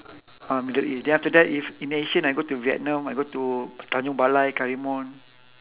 ah middle east then after that if in asia I go to vietnam I go to tanjung balai karimun